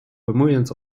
vermoeiend